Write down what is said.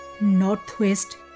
Northwest